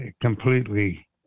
completely